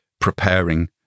preparing